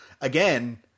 again